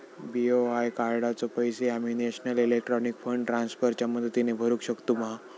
BOI कार्डाचे पैसे आम्ही नेशनल इलेक्ट्रॉनिक फंड ट्रान्स्फर च्या मदतीने भरुक शकतू मा?